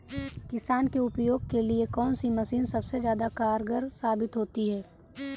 किसान के उपयोग के लिए कौन सी मशीन सबसे ज्यादा कारगर साबित होती है?